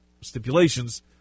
stipulations